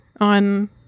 on